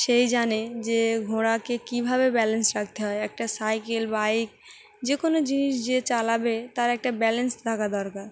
সেই জানে যে ঘোড়াকে কীভাবে ব্যালেন্স রাখতে হয় একটা সাইকেল বাইক যে কোনো জিনিস যে চালাবে তার একটা ব্যালেন্স থাকা দরকার